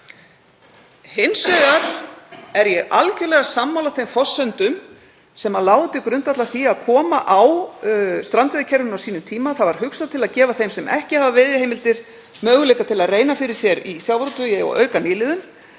hins vegar algerlega sammála þeim forsendum sem lágu til grundvallar því að koma strandveiðikerfinu á á sínum tíma. Það var hugsað til að gefa þeim sem ekki hafa veiðiheimildir möguleika til að reyna fyrir sér í sjávarútvegi og auka nýliðun.